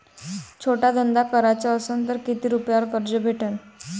छोटा धंदा कराचा असन तर किती रुप्यावर कर्ज भेटन?